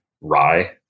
rye